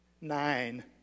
Nine